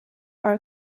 are